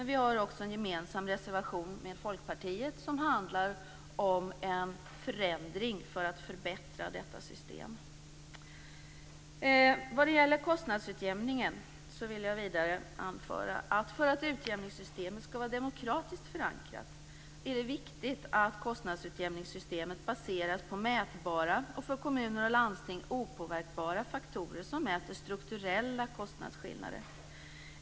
Vi har dock även en med Folkpartiet gemensam reservation om en förändring i syfte att förbättra detta system. Vad gäller kostnadsutjämningen vill jag anföra att det för att utjämningssystemet skall vara demokratiskt förankrat är viktigt att systemet baseras på mätbara och för kommuner och landsting opåverkbara faktorer som mäter strukturella kostnadsskillnader.